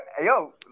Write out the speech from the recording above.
Yo